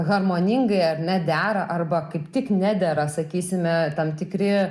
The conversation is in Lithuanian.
harmoningai ar ne dera arba kaip tik nedera sakysime tam tikri